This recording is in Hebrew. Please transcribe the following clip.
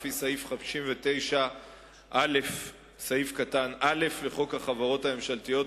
לפי סעיף 59א(א) לחוק החברות הממשלתיות,